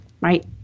Right